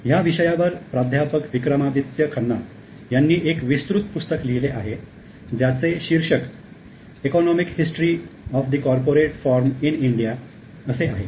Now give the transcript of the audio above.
ह्या विषयावर प्राध्यापक विक्रमादित्य खन्ना यांनी एक विस्तृत पुस्तक लिहिले आहे ज्याचे शीर्षक 'economic history of the corporate form in India' असे आहे